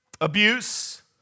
abuse